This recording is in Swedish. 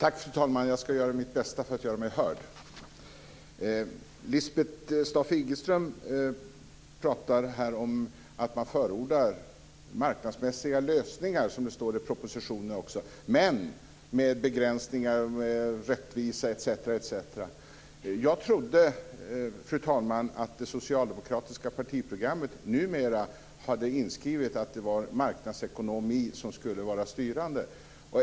Fru talman! Jag ska göra mitt bästa för att göra mig hörd. Lisbeth Staaf-Igelström pratar här om att man förordar marknadsmässiga lösningar, som det står i propositionen också. Men det ska vara begränsningar när det gäller rättvisa etc. Jag trodde, fru talman, att det numera var inskrivet i det socialdemokratiska partiprogrammet att marknadsekonomi ska vara styrande.